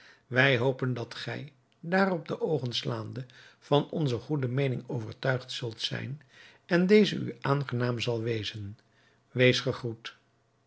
wij hopen dat gij daarop de oogen slaande van onze goede meening overtuigd zult zijn en deze u aangenaam zal wezen wees gegroet